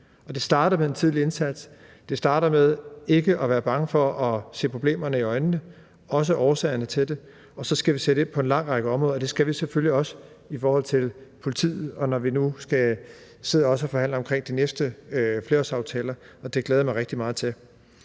Det starter med en tidlig indsats. Det starter med ikke at være bange for at se problemerne i øjnene, også årsagerne til dem. Og så skal vi sætte ind på en lang række områder, og det skal vi selvfølgelig også i forhold til politiet, når vi nu skal sidde og forhandle om de næste flerårsaftaler. Det glæder jeg mig rigtig meget til.